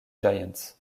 giants